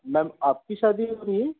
ma'am आपकी शादी हो रही है